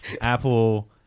Apple